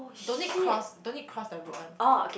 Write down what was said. don't need cross don't need cross the road one